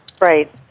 Right